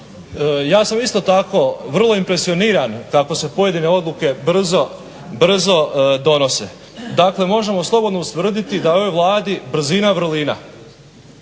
Ja sam isto tako vrlo impresioniran kako se pojedine odluke brzo donose. Dakle možemo slobodno ustvrditi da u ovoj Vladi brzina vrlina.